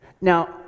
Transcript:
Now